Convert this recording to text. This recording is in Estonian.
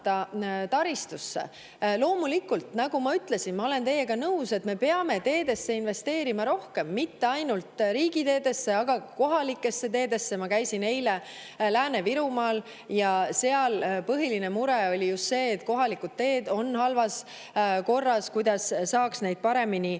Loomulikult, nagu ma ütlesin, ma olen teiega nõus, et me peame teedesse investeerima rohkem, mitte ainult riigiteedesse, aga ka kohalikesse teedesse. Ma käisin eile Lääne-Virumaal ja seal oli põhiline mure see, et kohalikud teed on halvas korras, [ja oli küsimus,] kuidas saaks neid paremini